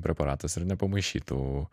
preparatas ir nepamaišytų